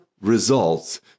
results